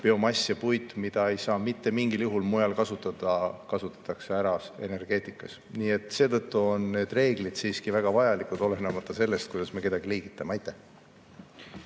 biomass ja puit, mida ei saa mitte mingil juhul mujal kasutada, kasutatakse ära energeetikas. Nii et seetõttu on need reeglid siiski väga vajalikud, olenemata sellest, kuidas me kedagi liigitame. Aitäh!